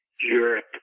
Europe